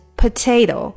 potato